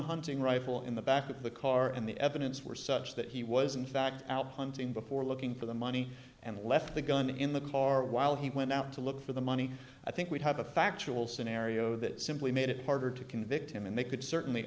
hunting rifle in the back of the car and the evidence were such that he was in fact out hunting before looking for the money and left the gun in the car while he went out to look for the money i think would have a factual scenario that simply made it harder to convict him and they could certainly